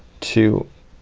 two,